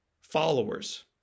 Followers